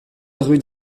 rue